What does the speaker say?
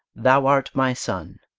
thou art my sun.